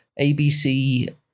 ABC